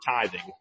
tithing